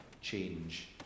change